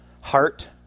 heart